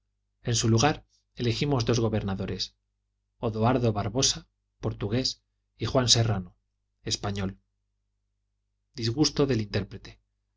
en su lugar elegimos dos gobernadores eduardo babosa portugués y juan serrano español disgusto del intérprete